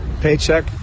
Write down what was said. paycheck